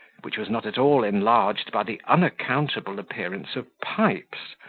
which was not at all enlarged by the unaccountable appearance of pipes,